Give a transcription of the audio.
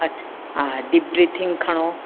अच्छा हा deep breathing खणो